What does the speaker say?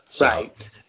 Right